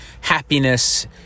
happiness